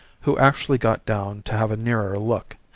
who actually got down to have a nearer look,